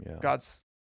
God's